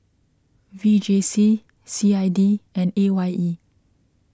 V J C C I D and A Y E